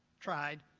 tried,